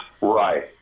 right